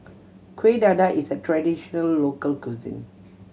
Kuih Dadar is a traditional local cuisine